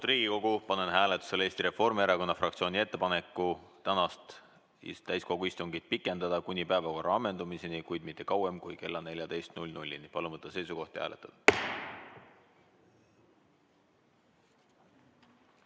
Riigikogu, panen hääletusele Eesti Reformierakonna fraktsiooni ettepaneku tänast täiskogu istungit pikendada kuni päevakorra ammendumiseni, kuid mitte kauem kui kella 14‑ni. Palun võtta seisukoht ja hääletada!